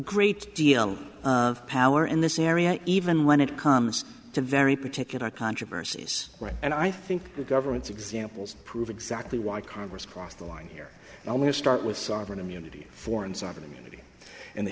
great deal of power in this area even when it comes to very particular controversies and i think the government's examples prove exactly why congress crossed the line here and i'm going to start with sovereign immunity for